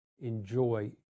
enjoy